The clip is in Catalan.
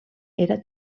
era